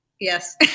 Yes